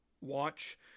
watch